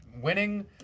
winning